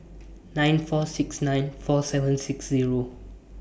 nine four six nine four seven six Zero